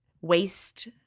waste –